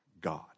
God